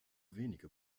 wenige